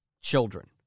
children